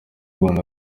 rwanda